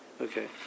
Okay